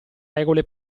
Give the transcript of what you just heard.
regole